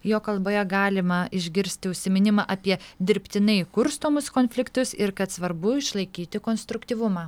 jo kalboje galima išgirsti užsiminimą apie dirbtinai kurstomus konfliktus ir kad svarbu išlaikyti konstruktyvumą